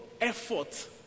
effort